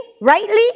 rightly